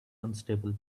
unstable